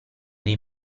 dei